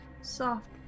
soft